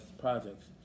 projects